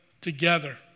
together